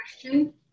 question